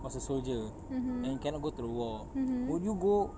was a soldier and cannot go to the war would you go